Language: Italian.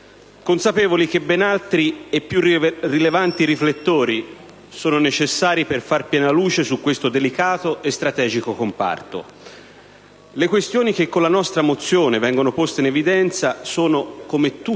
consapevoli che ben altri e più rilevanti riflettori sono necessari per fare piena luce su questo delicato e strategico comparto. Le questioni che con la nostra mozione vengono poste in evidenza sono, come tutti